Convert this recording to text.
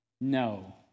No